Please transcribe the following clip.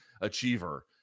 achiever